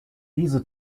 diese